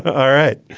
all right.